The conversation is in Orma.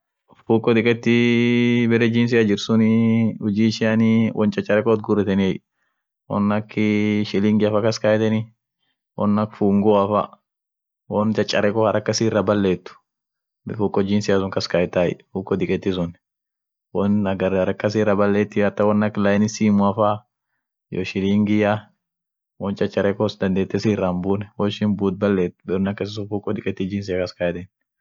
Wonsunii won ishin kakart, ak inin mal inin siira buet, siira hinbaleen, ama lila baya siira hinbuun. akasie aka ak inin wotkabam, ama fuuko fa ama woya at kaskaetsunii ak inin haraka kasa hinbuun suniifi akas midaasaati kabaai wonin sun. ak inin siira hinbaleen. woin labiunen garu hiutaal